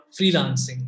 freelancing